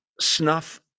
snuff